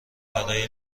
برای